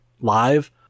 live